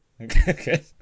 Okay